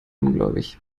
ungläubig